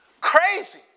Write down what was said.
Crazy